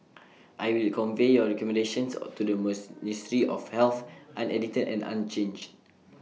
I will convey your recommendations to the ministry of health unedited and unchanged